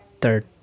Third